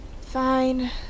Fine